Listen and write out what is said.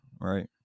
right